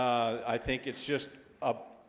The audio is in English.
i think it's just a